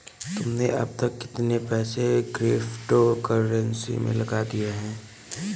तुमने अब तक कितने पैसे क्रिप्टो कर्नसी में लगा दिए हैं?